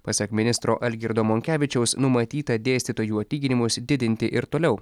pasak ministro algirdo monkevičiaus numatyta dėstytojų atlyginimus didinti ir toliau